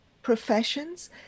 professions